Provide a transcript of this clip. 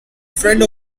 friend